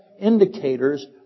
indicators